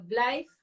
blijf